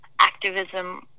activism